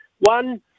One